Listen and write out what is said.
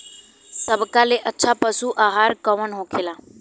सबका ले अच्छा पशु आहार कवन होखेला?